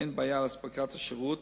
אין בעיה של אספקת שירות,